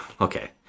okay